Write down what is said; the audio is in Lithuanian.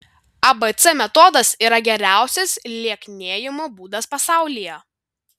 abc metodas yra geriausias lieknėjimo būdas pasaulyje